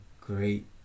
great